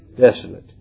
desolate